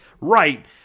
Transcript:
right